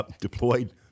deployed